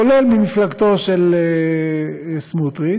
כולל ממפלגתו של סמוטריץ,